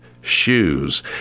shoes